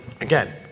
again